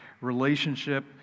relationship